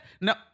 No